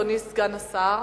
אדוני סגן השר,